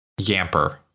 Yamper